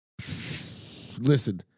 Listen